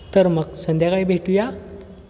तर मग संध्याकाळी भेटूया